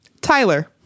Tyler